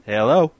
Hello